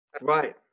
Right